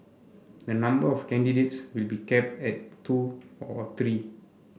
the number of candidates will be capped at two or three